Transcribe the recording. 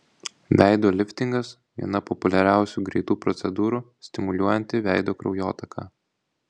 veido liftingas viena populiariausių greitų procedūrų stimuliuojanti veido kraujotaką